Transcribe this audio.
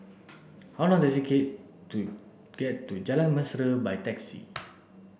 how long does it take to get to Jalan Mesra by taxi